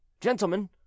Gentlemen